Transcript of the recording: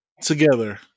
together